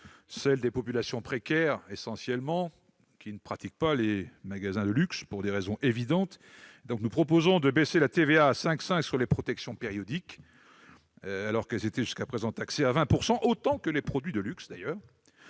celle des populations précaires, essentiellement, qui ne fréquentent pas les magasins de luxe, pour des raisons évidentes. Nous proposons de baisser le taux de la TVA à 5,5 % sur les protections périodiques, alors qu'elles étaient jusqu'à présent taxées à 20 %, autant que les produits de luxe.